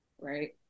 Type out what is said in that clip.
right